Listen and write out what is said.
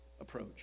approach